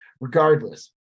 regardless